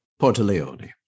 Portaleone